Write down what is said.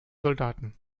soldaten